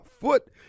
foot